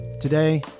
Today